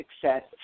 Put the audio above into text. success